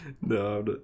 No